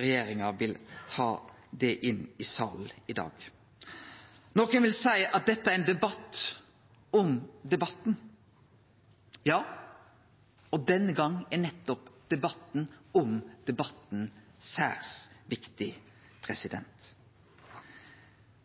regjeringa òg vil ta ho inn i salen i dag. Nokre vil seie at dette er ein debatt om debatten. Ja, og denne gongen er nettopp debatten om debatten særs viktig.